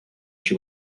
she